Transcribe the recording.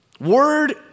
word